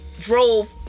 Drove